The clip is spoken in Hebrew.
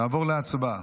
נעבור להצבעה.